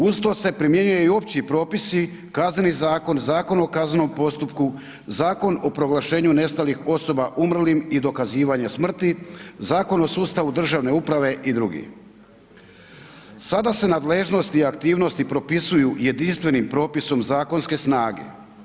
Uz to se primjenjuje i opći propisi, Kazneni zakon, Zakon o kaznenom postupku, Zakon o proglašenju nestalih osoba umrlim i dokazivanje smrti, Zakon o sustavu državne uprave i dr. Sada se nadležnosti i aktivnosti propisuju jedinstvenim propisom zakonske snage.